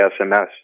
SMS